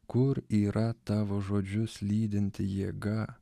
kur yra tavo žodžius lydinti jėga